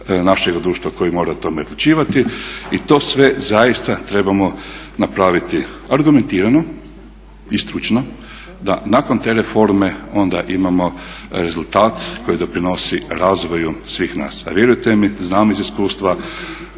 našega društva koje mora o tome odlučivati i to sve zaista trebamo napraviti argumentirano i stručno, da nakon te reforme onda imamo rezultat koji doprinosi razvoju svih nas. A vjerujte mi, znam iz iskustva,